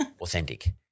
authentic